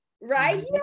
right